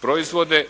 proizvode